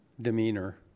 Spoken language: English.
demeanor